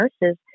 nurses